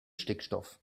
stickstoff